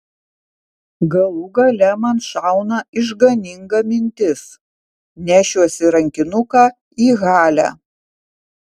galų gale man šauna išganinga mintis nešiuosi rankinuką į halę